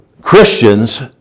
Christians